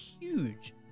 huge